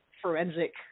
Forensic